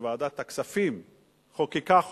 שוועדת הכספים חוקקה חוק,